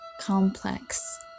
complex